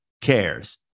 cares